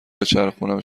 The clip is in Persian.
بچرخونم